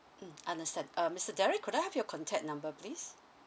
mmhmm understand uh mister derrick could I have your contact number please